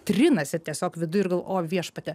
trinasi tiesiog viduj o viešpatie